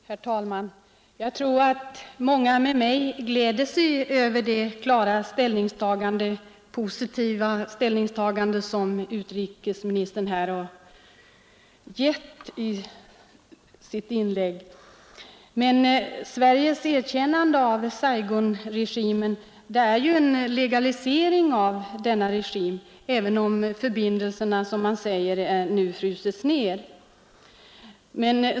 Herr talman! Jag tror att många med mig gläder sig över det klara, positiva ställningstagande som utrikesministern här har gjort i sitt inlägg. Men Sveriges erkännande av Saigonregimen är ju en legalisering av denna regim även om förbindelserna, som man säger, nu frusits ner.